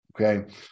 okay